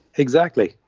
exactly.